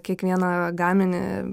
kiekvieną gaminį